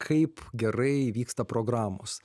kaip gerai vyksta programos